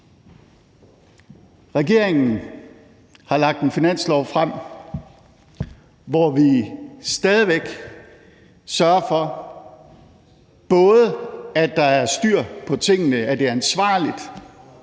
Regeringen har lagt en finanslov frem, hvor vi stadig væk sørger for, at der både er styr på tingene, at det er ansvarligt,